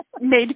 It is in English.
made